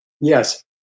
Yes